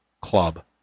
club